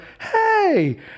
hey